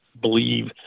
believe